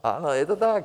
Ano, je to tak.